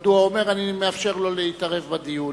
ומדוע הוא אומר, אני מאפשר לו להתערב בדיון.